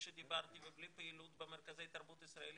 שדיברתי ובלי פעילות במרכזי תרבות ישראליים,